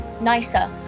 nicer